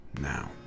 Now